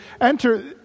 enter